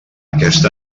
aquest